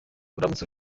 uramutse